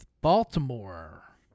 Baltimore